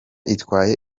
itwaye